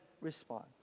response